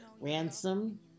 Ransom